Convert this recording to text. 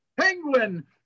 penguin